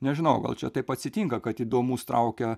nežinau gal čia taip atsitinka kad įdomus traukia